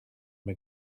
mae